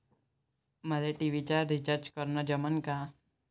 मले टी.व्ही चा रिचार्ज करन जमन का?